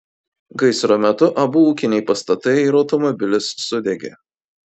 gaisro metu abu ūkiniai pastatai ir automobilis sudegė